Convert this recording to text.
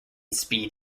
speed